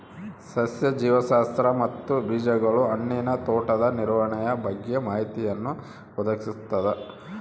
ಸಸ್ಯ ಜೀವಶಾಸ್ತ್ರ ಮತ್ತು ಬೀಜಗಳು ಹಣ್ಣಿನ ತೋಟದ ನಿರ್ವಹಣೆಯ ಬಗ್ಗೆ ಮಾಹಿತಿಯನ್ನು ಒದಗಿಸ್ತದ